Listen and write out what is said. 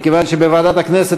מכיוון שבוועדת הכנסת,